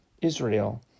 Israel